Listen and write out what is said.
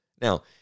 Now